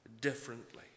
differently